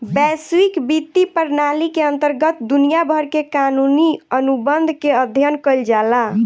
बैसविक बित्तीय प्रनाली के अंतरगत दुनिया भर के कानूनी अनुबंध के अध्ययन कईल जाला